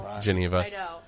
Geneva